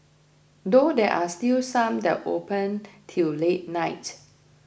though there are still some that open till late night